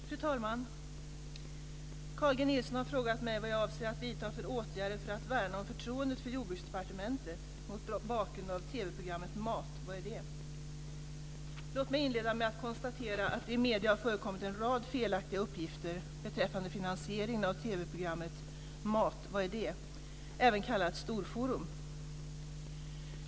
Fru talman! Carl G Nilsson har frågat mig vad jag avser att vidta för åtgärder för att värna om förtroendet för Jordbruksdepartementet mot bakgrund av TV Låt mig inleda med att konstatera att det i medierna har förekommit en rad felaktiga uppgifter beträffande finansieringen av TV-programmet Mat - vad är det?, även kallat Storforum.